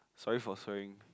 sorry for swearing